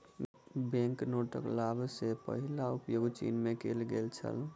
bank नोटक सभ सॅ पहिल उपयोग चीन में कएल गेल छल